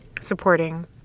Supporting